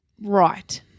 right